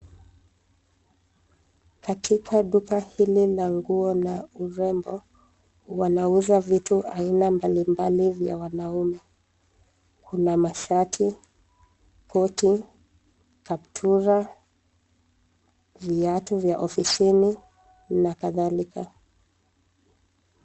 Katika duka hili la nguo na urembo, wanauza vitu aina mbali mbali vya wanaume. Kuna mashati, koti, kaptura, viatu vya ofisini, na kadhalika.